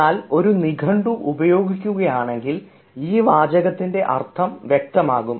എന്നാൽ ഒരു നിഘണ്ടു ഉപയോഗിക്കുകയാണെങ്കിൽ ഈ വാചകത്തിൻറെ അർത്ഥം വ്യക്തമാകും